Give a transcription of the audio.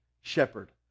shepherd